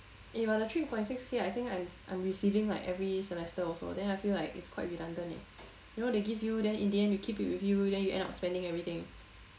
eh but the three point six k I think I'm receiving like every semester also then I feel like it's quite redundant leh you know they give you then in the end you keep it with you then you end up spending everything